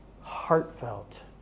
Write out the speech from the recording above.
heartfelt